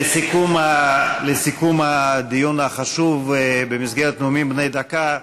לסיכום הדיון החשוב במסגרת נאומים בני דקה,